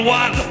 one